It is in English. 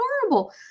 horrible